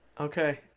Okay